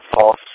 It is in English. false